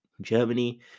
Germany